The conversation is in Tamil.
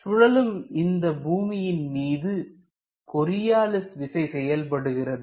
சுழலும் இந்த பூமியின் மீது கொரியாலிஸ் விசை செயல்படுகிறது